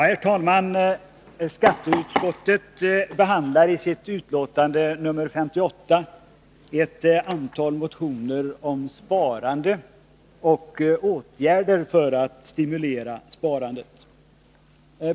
Herr talman! Skatteutskottet behandlar i sitt betänkande nr 58 ett antal motioner om sparande och åtgärder för att stimulera sparande.